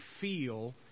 feel